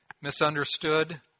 misunderstood